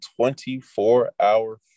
24-hour